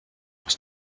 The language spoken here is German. aus